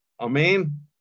Amen